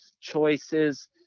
choices